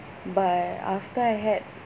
but after I had